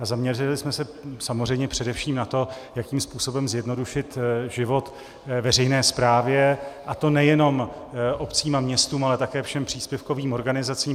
Zaměřili jsme se samozřejmě především na to, jakým způsobem zjednodušit život veřejné správě, a to nejen obcím a městům, ale také všem příspěvkovým organizacím.